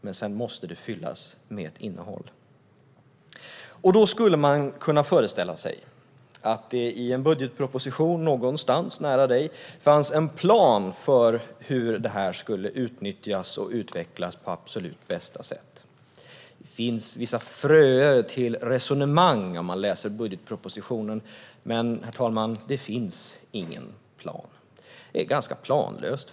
Men sedan måste det fyllas med ett innehåll. Man skulle kunna föreställa sig att det i en budgetproposition någonstans nära dig fanns en plan för hur det skulle utnyttjas och utvecklas på absolut bästa sätt. Det finns vissa fröer till resonemang om man läser budgetpositionen. Men det finns, herr talman, ingen plan. Det är faktiskt ganska planlöst.